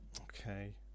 Okay